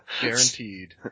Guaranteed